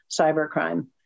cybercrime